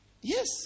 Yes